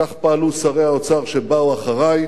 כך פעלו שרי האוצר שבאו אחרי,